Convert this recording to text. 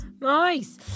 Nice